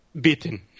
beaten